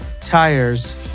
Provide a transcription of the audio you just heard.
tires